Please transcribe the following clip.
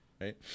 right